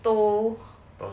都